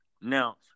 Now